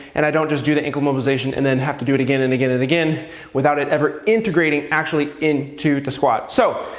and i don't just do the ankle mobilization and then have to do it again and again and again without it ever integrating actually into the squat. so,